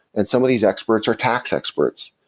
and some of these experts are tax experts.